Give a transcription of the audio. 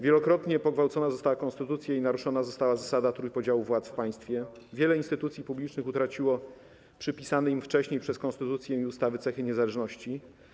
Wielokrotnie pogwałcona została konstytucja i naruszona została zasada trójpodziału władz w państwie, wiele instytucji publicznych utraciło przypisane im wcześniej przez konstytucję i ustawy cechy niezależności.